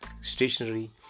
stationery